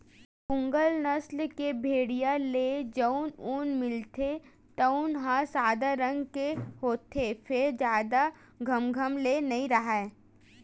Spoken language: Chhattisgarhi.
पूगल नसल के भेड़िया ले जउन ऊन मिलथे तउन ह सादा रंग के होथे फेर जादा घमघम ले नइ राहय